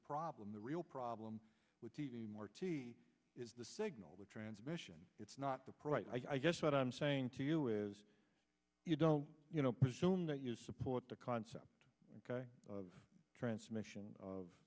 problem the real problem with t v marti is the signal the transmission it's not the price i guess what i'm saying to you is you don't you know presume that you support the concept of transmission of